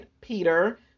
Peter